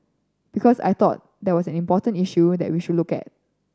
because I thought that was an important issue that we should look at